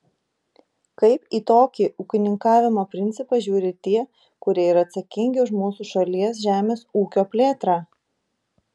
kaip į tokį ūkininkavimo principą žiūri tie kurie yra atsakingi už mūsų šalies žemės ūkio plėtrą